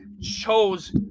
chose